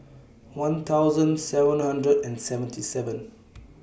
one thousand seven hundred and seventy seven